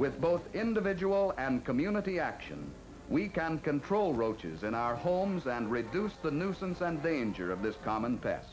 with both individual and community action we can control roaches in our homes and reduce the nuisance and they injure of this common path